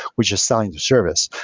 we're just selling the service.